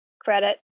credit